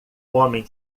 homem